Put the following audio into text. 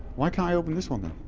why can't i open this one